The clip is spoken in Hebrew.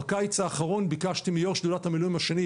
בקיץ האחרון ביקשתי מיושב-ראש שדולת המילואים השני,